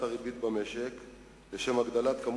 קרי הצרכנים,